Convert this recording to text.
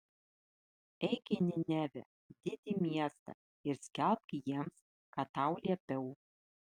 eik į ninevę didį miestą ir skelbk jiems ką tau liepiau